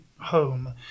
home